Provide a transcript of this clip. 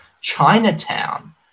Chinatown